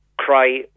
cry